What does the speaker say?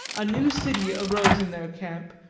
a new city arose in their camp,